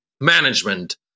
management